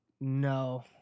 No